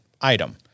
item